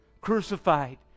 crucified